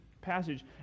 passage